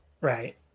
right